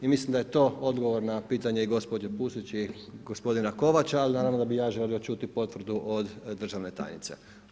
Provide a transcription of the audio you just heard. I mislim da je to odgovor na pitanje i gospođe Pusić i gospodina Kovača, ali naravno da bi ja želio čuti potvrdu od državne tajnice.